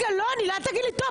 אל תגיד לי טוב,